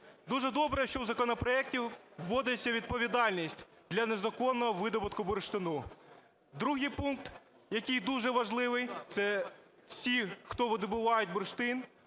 Дуже добре, що в законопроекті вводиться відповідальність для незаконного видобутку бурштину. Другий пункт, який дуже важливий, це всі, хто видобувають бурштин,